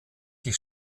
die